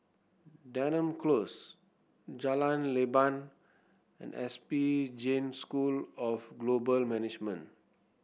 Denham Close Jalan Leban and S B Jain School of Global Management